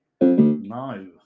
No